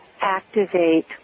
activate